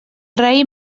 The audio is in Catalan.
raïm